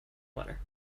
water